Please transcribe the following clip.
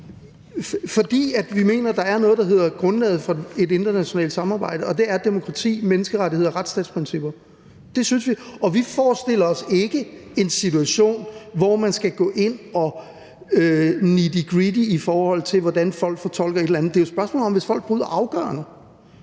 fordi vi mener at der er noget, der hedder grundlaget for et internationalt samarbejde, og det er demokrati, menneskerettigheder og retsstatsprincipper. Det synes vi. Og vi forestiller os ikke en situation, hvor man skal gå ind og være nitty-gritty , i forhold til hvordan folk fortolker et eller andet. Det er et spørgsmål om, hvis folk bryder afgørende